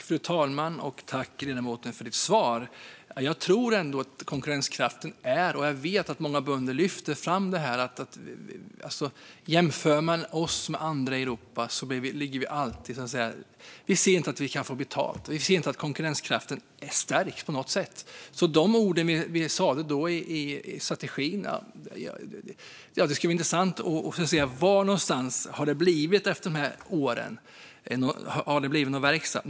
Fru talman! Jag tackar ledamoten för hennes svar. Jag vet att många bönder lyfter fram att i jämförelse med övriga Europa har konkurrenskraften inte stärkts på något sätt. Det ska bli intressant att se om det har blivit någon verkstad under dessa år.